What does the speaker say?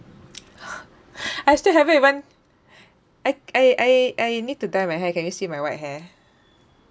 I still haven't even I I I need to dye my hair can you see my white hair